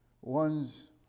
One's